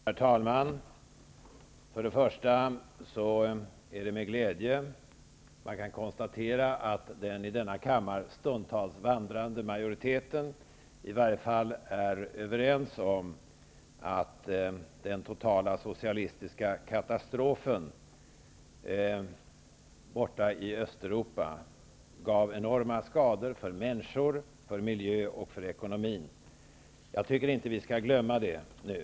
Herr talman! Det är med glädje man kan konstatera att den i denna kammare stundtals vandrande majoriteten i varje fall är överens om att den totala socialistiska katastrofen borta i Östeuropa gav enorma skador för människor, för miljön och för ekonomin. Jag tycker att vi inte skall glömma det nu.